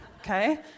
okay